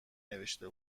نوشته